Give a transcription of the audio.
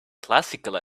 classical